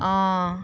অঁ